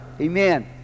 Amen